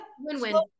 win-win